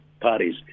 parties